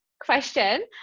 question